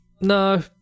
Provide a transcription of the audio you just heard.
no